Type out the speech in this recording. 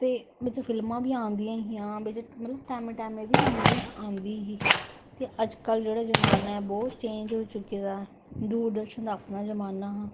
ते बिच फिल्मा बी आंदियां हियां टेंमे टेंमे दी न्यूज आंदी ही ते अजकल जेहड़ा जमाना ऐ बहुत चैंज होई चुके दा ऐ दूरदर्शन दा अपना जमाना हा